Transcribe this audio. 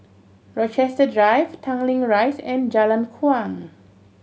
Rochester Drive Tanglin Rise and Jalan Kuang